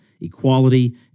equality